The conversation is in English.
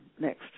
next